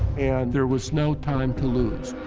and there was no time to lose.